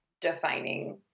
defining